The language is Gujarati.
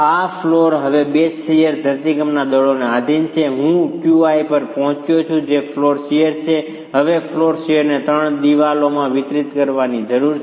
આ ફ્લોર હવે બેઝ શીયરથી ધરતીકંપના દળોને આધિન છે હું Qi પર પહોંચ્યો છું જે ફ્લોર શીયર છે અને હવે ફ્લોર શીયરને ત્રણ દિવાલોમાં વિતરિત કરવાની જરૂર છે